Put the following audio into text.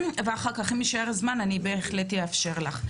ואחר כך אם יישאר זמן אני בהחלט אאשר לך.